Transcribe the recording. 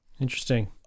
Interesting